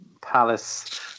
Palace